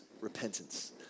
repentance